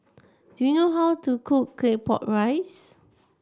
do you know how to cook Claypot Rice